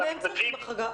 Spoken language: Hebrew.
גם הם צריכים החרגה.